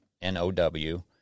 N-O-W